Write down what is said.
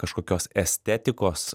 kažkokios estetikos